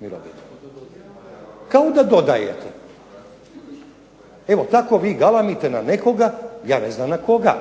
mirovina, kao da dodaje. Evo tako vi galamite na nekoga ja ne znam na koga.